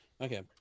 Okay